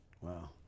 Wow